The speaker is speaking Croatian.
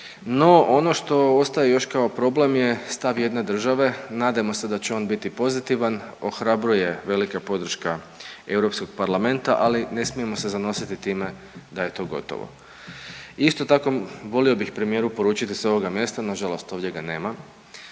no ono što ostaje još kao problem je stav jedne država, nadajmo se da će on biti pozitivan. Ohrabruje velika podrška Europskog parlamenta, ali ne smijemo se zanositi time da je to gotovo. Isto tako volio bih premijeru poručit da s ovoga mjesta, nažalost ovdje ga nema,